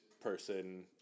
person